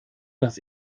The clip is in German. das